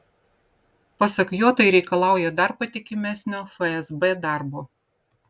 pasak jo tai reikalauja dar patikimesnio fsb darbo